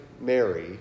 Mary